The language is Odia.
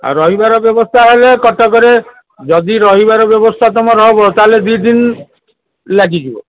ଆଉ ରହିବାର ବ୍ୟବସ୍ଥା ହେଲେ କଟକରେ ଯଦି ରହିବାର ବ୍ୟବସ୍ଥା ତମର ହବ ତା'ହେଲେ ଦୁଇ ଦିନ ଲାଗିଯିବ